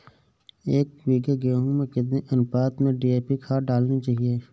एक बीघे गेहूँ में कितनी अनुपात में डी.ए.पी खाद डालनी चाहिए?